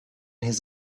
his